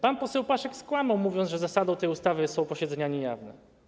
Pan poseł Paszyk skłamał, mówiąc, że zasadą tej ustawy są posiedzenia niejawne.